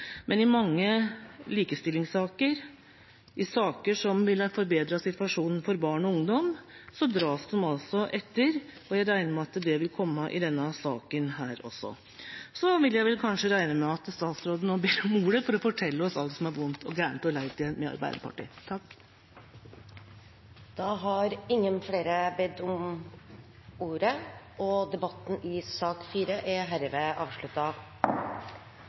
men i mange likestillingssaker, i saker som ville forbedret situasjonen for barn og ungdom, dras de etter, og det regner jeg med vil skje i denne saken også. Jeg regner med at statsråden nå kanskje ber om ordet for å fortelle oss om alt som er vondt og galt og leit med Arbeiderpartiet. Flere har ikke bedt om ordet